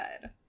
good